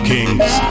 Kings